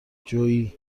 جویی